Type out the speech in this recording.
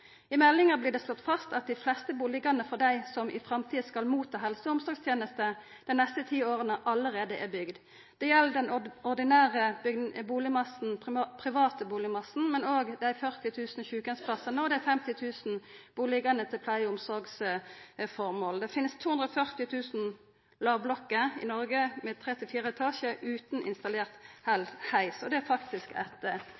I meldinga vert det slått fast at dei fleste bustadene for dei som skal ta imot helse- og omsorgtenester dei neste ti åra, allereie er bygde. Det gjeld den ordinære, private boligmassen, dei 40 000 sjukeheimsplassane og dei 50 000 bustadene til pleie- og omsorgsformål. I Noreg finst det 240 000 lågblokkar med tre til fire etasjar, men utan installert heis. Det er faktisk eit problem. Det